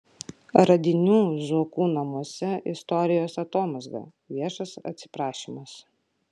radinių zuokų namuose istorijos atomazga viešas atsiprašymas